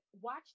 watch